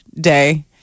Day